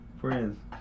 friends